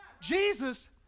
Jesus